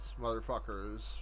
motherfuckers